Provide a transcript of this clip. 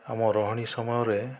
ଆମ ରହଣି ସମୟରେ